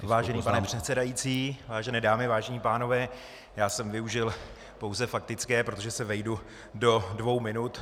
Vážený pane předsedající, vážené dámy, vážení pánové, já jsem využil pouze faktické, protože se vejdu do dvou minut.